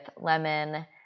lemon